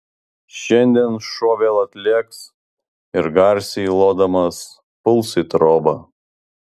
šiandien šuo vėl atlėks ir garsiai lodamas puls į trobą